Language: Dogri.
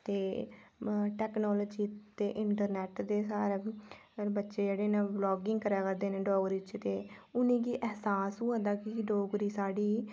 ते टेक्नोल़ॉजी ते इंटरनेट दे स्हारे बच्चे जेह्ड़े न ब्लॉगिंग करा करदे न ओह्दे च ते उ'नेंगी अहसास होआ दा कि डोगरी साढ़ी